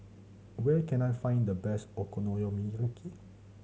where can I find the best